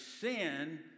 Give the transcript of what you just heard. sin